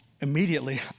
immediately